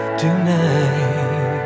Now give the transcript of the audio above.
tonight